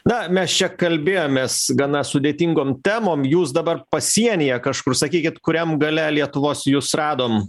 na mes čia kalbėjomės gana sudėtingom temom jūs dabar pasienyje kažkur sakykit kuriam gale lietuvos jus radom